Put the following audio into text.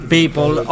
People